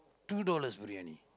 two dollars briyani